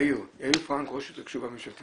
יאיר פראנק, ראש התקשוב הממשלתי.